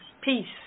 peace